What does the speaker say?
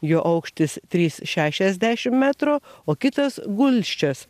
jo aukštis trys šešiasdešim metro o kitas gulsčias